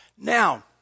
Now